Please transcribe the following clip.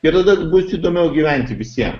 ir tada bus įdomiau gyventi visiem